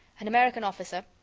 an american officer,